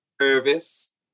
service